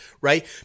right